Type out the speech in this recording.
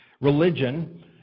religion